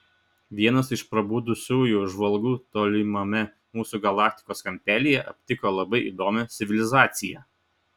vienas iš prabudusiųjų žvalgų tolimame mūsų galaktikos kampelyje aptiko labai įdomią civilizaciją